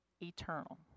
eternal